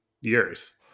years